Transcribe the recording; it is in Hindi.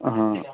हाँ